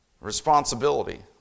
responsibility